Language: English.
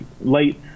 late